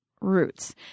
roots